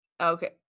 okay